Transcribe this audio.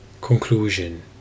Conclusion